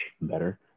better